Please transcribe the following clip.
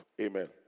Amen